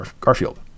Garfield